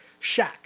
Shaq